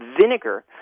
vinegar